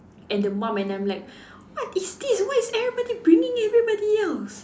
and the mum and I'm like what is this why is everybody bringing everybody else